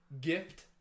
Gift